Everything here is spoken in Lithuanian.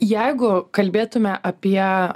jeigu kalbėtume apie